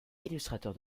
illustrateur